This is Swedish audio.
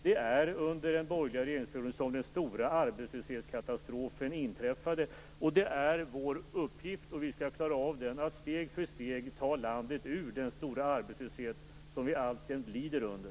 Det var under den borgerliga regeringsperioden som den stora arbetslöshetskatastrofen inträffade. Det är vår uppgift - och vi skall klara den - att steg för steg ta landet ut ur den stora arbetslöshet som vi alltjämt lider under.